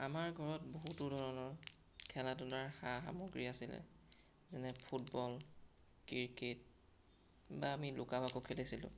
আমাৰ ঘৰত বহুতো ধৰণৰ খেলা ধূলাৰ সা সামগ্ৰী আছিলে যেনে ফুটবল ক্ৰিকেট বা আমি লুকা ভাকু খেলিছিলোঁ